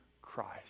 Christ